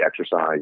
exercise